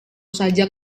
saja